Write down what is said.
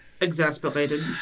exasperated